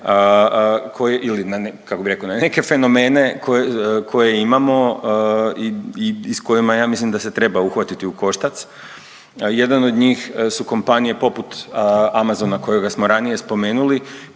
na neke fenomene koje, koje imamo i, i s kojima ja mislim da se treba uhvatiti u koštac. Jedan od njih su kompanije poput Amazona kojega smo ranije spomenuli,